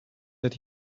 that